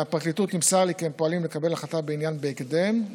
מהפרקליטות נמסר לי כי הם פועלים לקבל החלטה בעניין בהקדם,